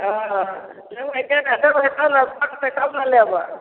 हँ लेबै तऽ ने देबै तऽ ने पटतै तब ने लेबै